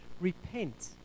repent